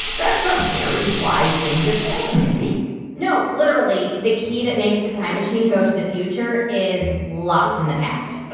that's a very wise thing to say, mindy no, literally, the key that makes the time machine go to the future is lost in the past.